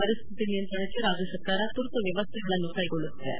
ಪರಿಸ್ಥಿತಿಯ ನಿಯಂತ್ರಣಕ್ಕೆ ರಾಜ್ಯಸರ್ಕಾರ ತುರ್ತು ವ್ಯವಸ್ಥೆಗಳನ್ನು ಕೈಗೊಳ್ಳುತ್ತಿವೆ